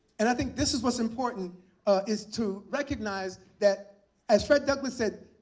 and i think this is what's important is to recognize that as fred douglas said,